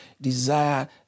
desire